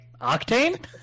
Octane